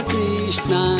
Krishna